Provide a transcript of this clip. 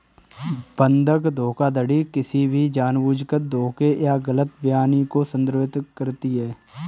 बंधक धोखाधड़ी किसी भी जानबूझकर धोखे या गलत बयानी को संदर्भित करती है